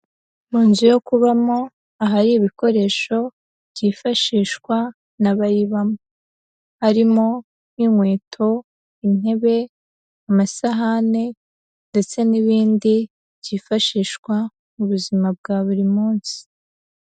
Mu nzu yo kubamo ahari ibikoresho, byifashishwa n'abayibamo, harimo nk'inkweto, intebe, amasahane ndetse n'ibindi, byifashishwa mu buzima bwa buri munsi.